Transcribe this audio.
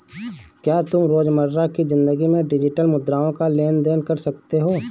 क्या तुम रोजमर्रा की जिंदगी में डिजिटल मुद्राओं का लेन देन कर सकते हो?